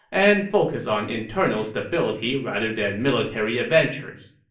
and focus on internal stability rather than military adventures.